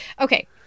Okay